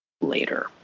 later